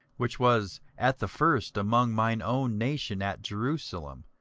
which was at the first among mine own nation at jerusalem,